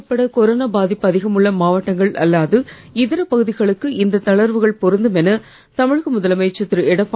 சென்னை உட்பட கொரோனா பாதிப்பு அதிகம் உள்ள மாவட்டங்கள் அல்லாது இதர பகுதிகளுக்கு இந்த தளர்வுகள் பொருந்தும் என தமிழக முதலமைச்சர் திரு